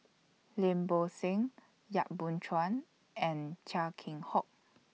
Lim Bo Seng Yap Boon Chuan and Chia Keng Hock